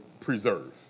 preserve